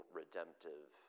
redemptive